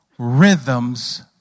Rhythms